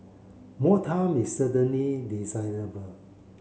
more time is certainly desirable